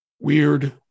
weird